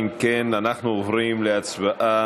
אם כן, אנחנו עוברים להצבעה.